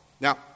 Now